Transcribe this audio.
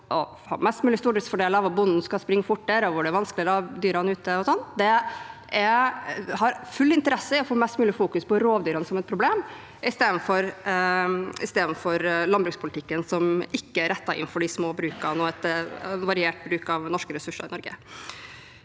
å ha mest mulig stordriftsfordeler, at bonden skal springe fortere, og hvor det er vanskeligere å ha dyrene ute og slikt, har full interesse av å få mest mulig fokus på rovdyrene som et problem, istedenfor landbrukspolitikken, som ikke er innrettet for de små brukene og en variert bruk av norske ressurser i Norge.